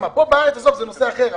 פה בארץ זה נושא אחר,